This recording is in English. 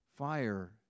fire